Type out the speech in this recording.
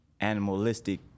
animalistic